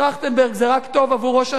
דוח-טרכטנברג זה רק טוב עבור ראש הממשלה,